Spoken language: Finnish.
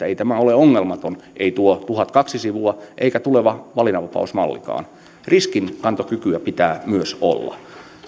ei tämä ole ongelmaton ei tuo tuhatkaksi sivua eikä tuleva valinnanvapausmallikaan niin riskinkantokykyä pitää myös olla